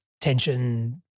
tension